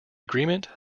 agreement